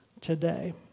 today